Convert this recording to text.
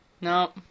No